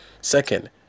second